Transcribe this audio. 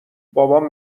بابام